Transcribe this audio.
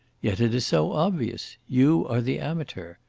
yet it is so obvious. you are the amateur,